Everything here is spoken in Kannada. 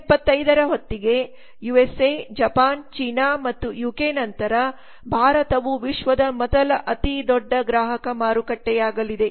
2025 ರ ಹೊತ್ತಿಗೆ ಯುಎಸ್ಎ ಜಪಾನ್ ಚೀನಾ ಮತ್ತು ಯುಕೆ ನಂತರ ಭಾರತವು ವಿಶ್ವದ ಮೊದಲ ಅತಿದೊಡ್ಡ ಗ್ರಾಹಕ ಮಾರುಕಟ್ಟೆಯಾಗಲಿದೆ